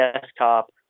desktop